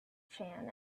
chan